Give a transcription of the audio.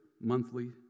monthly